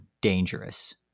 dangerous